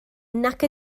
nac